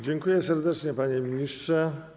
Dziękuję serdecznie, panie ministrze.